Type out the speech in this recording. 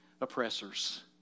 oppressors